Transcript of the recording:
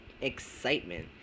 excitement